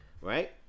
right